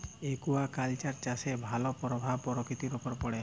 aquaculture চাষের ভালো পরভাব পরকিতির উপরে পড়ে